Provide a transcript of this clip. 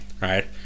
Right